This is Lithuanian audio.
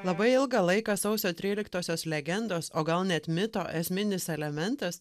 labai ilgą laiką sausio tryliktosios legendos o gal net mito esminis elementas